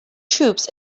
troops